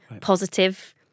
positive